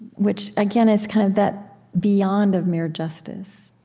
which again is kind of that beyond of mere justice.